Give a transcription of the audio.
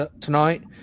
tonight